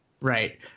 Right